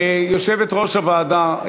יושבת-ראש הוועדה,